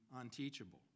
unteachable